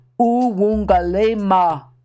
Uwungalema